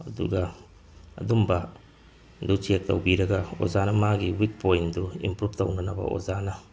ꯑꯗꯨꯒ ꯑꯗꯨꯝꯕꯗꯨ ꯆꯦꯛ ꯇꯧꯕꯤꯔꯒ ꯑꯣꯖꯥꯅ ꯃꯥꯒꯤ ꯋꯤꯛ ꯄꯣꯏꯟꯗꯨ ꯏꯝꯄ꯭ꯔꯨꯚ ꯇꯧꯅꯅꯕ ꯑꯣꯖꯥꯅ